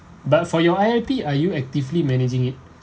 but for your I_L_P are you actively managing it